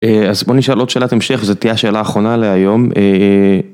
אז בוא נשאל עוד שאלת המשך, זה תהיה השאלה האחרונה להיום.